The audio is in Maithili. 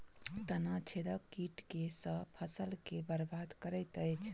तना छेदक कीट केँ सँ फसल केँ बरबाद करैत अछि?